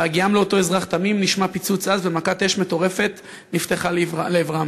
בהגיעם לאותו אזרח "תמים" נשמע פיצוץ עז ומכת אש מטורפת נפתחה לעברם,